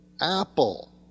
Apple